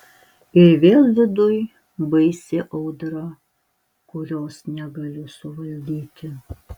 ir vėl viduj baisi audra kurios negaliu suvaldyti